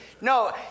No